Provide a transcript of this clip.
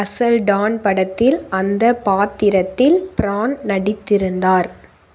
அசல் டான் படத்தில் அந்த பாத்திரத்தில் ப்ரான் நடித்திருந்தார்